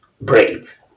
brave